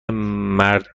مرد